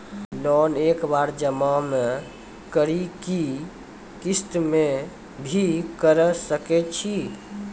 Loan एक बार जमा म करि कि किस्त मे भी करऽ सके छि?